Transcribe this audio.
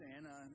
Anna